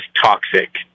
toxic